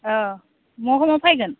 अ मा समाव फायगोन